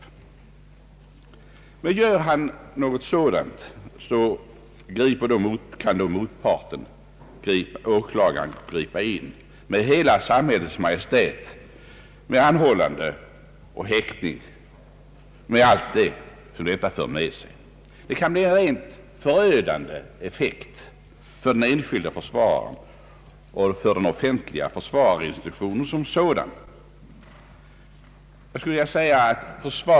Om han gör något sådant så kan motparten, åklagaren, med nuvarande befogenheter gripa in med hela samhällets tyngd genom anhållande och häktning och allt vad detta för med sig. Effekten kan bli rent förödande för den enskilde försvararen och för den offentliga försvararinstitutionen som sådan.